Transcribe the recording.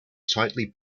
tightly